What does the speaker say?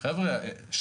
הרווחת.